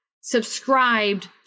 subscribed